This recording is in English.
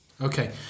Okay